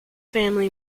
family